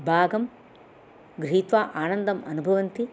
भागं गृहीत्वा आनन्दम् अनुभवन्ति